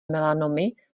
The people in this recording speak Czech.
melanomy